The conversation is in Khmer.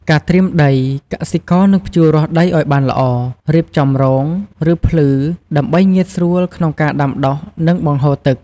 ការត្រៀមដី កសិករនឹងភ្ជួររាស់ដីឱ្យបានល្អ រៀបចំរង ឬភ្លឺ ដើម្បីងាយស្រួលក្នុងការដាំដុះ និងបង្ហូរទឹក។